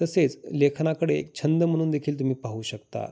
तसेच लेखनाकडे एक छंद म्हणून देखील तुम्ही पाहू शकता